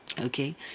okay